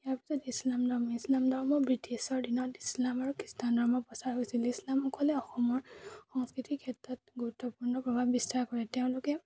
ইয়াৰ পিছত ইছলাম ধৰ্মী ইছলাম ধৰ্ম ব্ৰিটিছৰ দিনত ইছলাম আৰু খ্ৰীষ্টান ধৰ্ম প্ৰচাৰ হৈছিল ইছলামকলে অসমৰ সংস্কৃতিৰ ক্ষেত্ৰত গুৰুত্বপূৰ্ণ প্ৰভাৱ বিস্তাৰ কৰে তেওঁলোকে